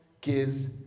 gives